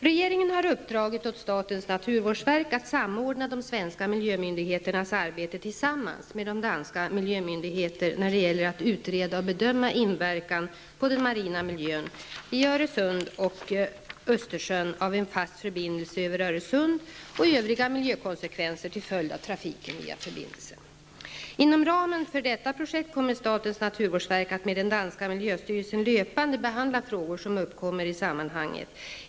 Regeringen har uppdragit åt statens naturvårdsverk att samordna de svenska miljömyndigheternas arbete tillsammans med danska miljömyndigheter när det gäller att utreda och bedöma inverkan på den marina miljön i Öresund och Östersjön av en fast förbindelse över Öresund och övriga miljökonsekvenser till följd av trafiken via förbindelsen. Inom ramen för detta projekt kommer statens naturvårdsverk att med den danska miljöstyrelsen löpande behandla frågor som uppkommer i sammanhanget.